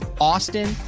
austin